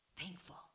thankful